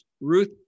Ruth